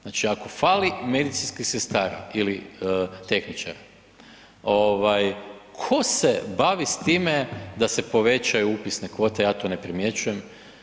Znači ako fali medicinskih sestara ili tehničara, tko se bavi s time da se povećaju upisne kvote, ja to ne primjećujem.